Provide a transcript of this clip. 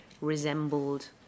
resembled